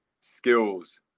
skills